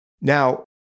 Now